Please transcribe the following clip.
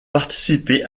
participer